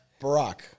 Barack